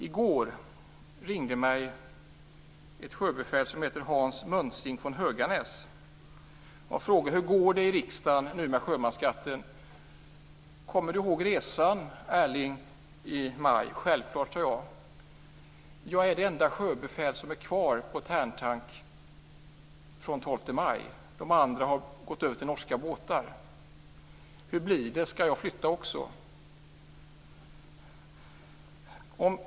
I går ringde sjöbefälet Hans Muntzing från Höganäs till mig. Han frågade: Hur går det nu i riksdagen med sjömansskatten? Erling, kommer du ihåg resan i maj? Jag svarade: Självklart. Sedan sade Hans Muntzing: Jag är enda sjöbefälet som är kvar på Tärntank efter den 12 maj. De andra har gått över till norska båtar. Hur blir det? Skall jag också flytta?